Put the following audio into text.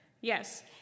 Yes